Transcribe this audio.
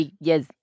yes